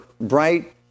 bright